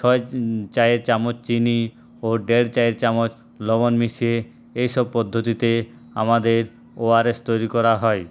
ছয় চায় চামচ চিনি ও দেড় চায়ে চামচ লবন মিশিয়ে এসব পদ্ধতিতে আমাদের ওআরএস তৈরি করা হয়